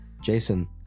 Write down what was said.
Jason